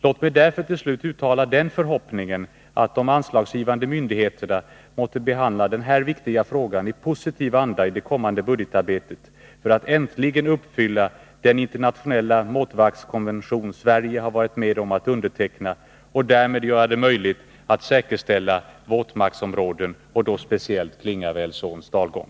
Låt mig därför till slut uttala den förhoppningen att de anslagsgivande myndigheterna måtte behandla denna viktiga fråga i positiv anda i det kommande budgetarbetet, för att äntligen uppfylla den internationella våtmarkskonvention Sverige har varit med om att underteckna och därmed göra det möjligt att säkerställa våtmarksområden och då speciellt Klingavälsåns dalgång.